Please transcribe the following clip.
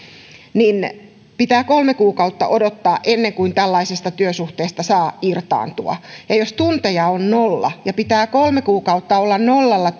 niin pitää kolme kuukautta odottaa ennen kuin tällaisesta työsuhteesta saa irtaantua jos tunteja on nolla ja pitää kolme kuukautta olla nollalla